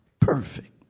perfect